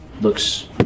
Looks